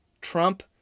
Trump